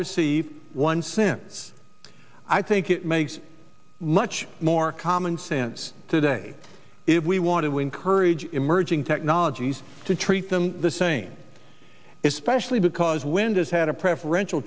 receive one since i think it makes much more common sense today if we want to encourage emerging technologies to treat them the same is specially because wind has had a preferential